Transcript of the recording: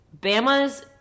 Bama's